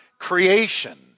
Creation